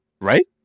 right